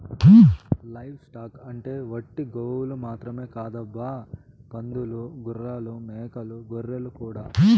live stock అంటే ఒట్టి గోవులు మాత్రమే కాదబ్బా పందులు గుర్రాలు మేకలు గొర్రెలు కూడా